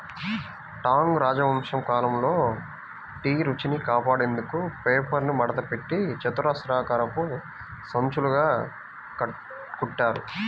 Tang రాజవంశం కాలంలో tea రుచిని కాపాడేందుకు పేపర్ను మడతపెట్టి చతురస్రాకారపు సంచులుగా కుట్టారు